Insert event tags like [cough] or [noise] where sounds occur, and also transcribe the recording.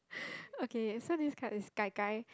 [breath] okay so this card is Gai Gai